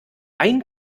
ein